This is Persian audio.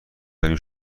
داریم